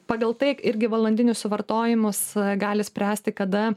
pagal tai irgi valandinius suvartojimus gali spręsti kada